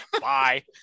Bye